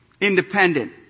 independent